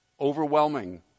overwhelming